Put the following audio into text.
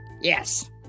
Yes